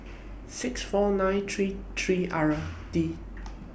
six four nine three three R D